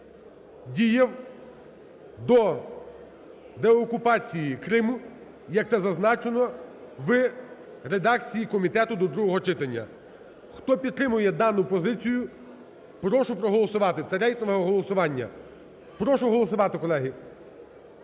діяв до деокупації Криму, як це зазначено в редакції комітету до другого читання. Хто підтримує дану позицію, прошу проголосувати. Це – рейтингове голосування. Прошу голосувати, колеги.